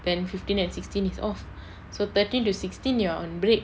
then fifteen and sixteen is off so thirteen to sixteen you are on break